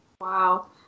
Wow